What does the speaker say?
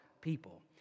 people